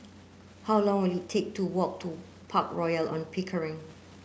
how long will it take to walk to Park Royal on Pickering